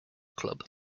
club